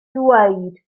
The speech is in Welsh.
dweud